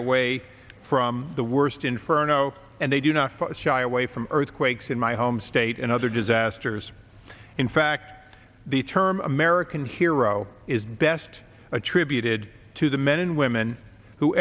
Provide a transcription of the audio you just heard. away from the worst inferno and they do not shy away from earthquakes in my home state and other disasters in fact the term american hero is best attributed to the men and women who